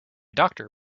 doctor